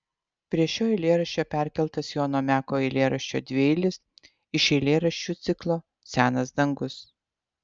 prie šio eilėraščio perkeltas jono meko eilėraščio dvieilis iš eilėraščių ciklo senas dangus